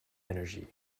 energy